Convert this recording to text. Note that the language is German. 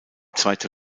zweite